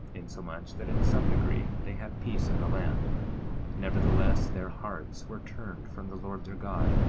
insomuch that in some degree they had peace in the land nevertheless, their hearts were turned from the lord their god,